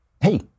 Hey